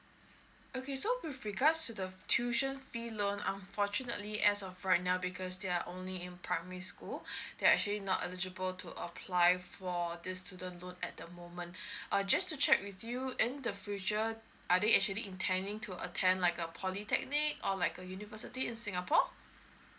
okay so with regards to the tuition fee loan unfortunately as of right now because they're only in primary school they're actually not eligible to apply for this student loan at the moment uh just to check with you in the future are they actually intending to attend like a polytechnic or like a university in singapore